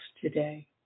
today